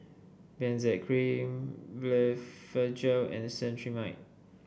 Benzac Cream Blephagel and Cetrimide